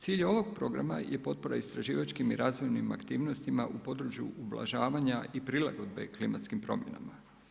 Cilj ovog programa je potpora istraživačkim i razvojnim aktivnostima u području ublažavanja i prilagodbe klimatskim promjenama.